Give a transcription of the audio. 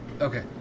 Okay